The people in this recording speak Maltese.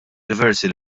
diversi